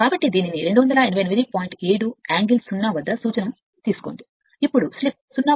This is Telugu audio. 7 యాంగిల్ 0 వోల్ట్ సూచన తీసుకోండి ఇప్పుడు స్లిప్ 0